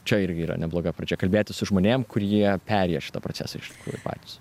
čia irgi yra nebloga pradžia kalbėtis su žmonėm kurie perėję šitą procesą iš tikrųjų patys